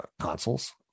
consoles